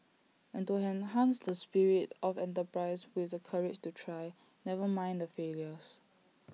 and to enhance the spirit of enterprise with the courage to try never mind the failures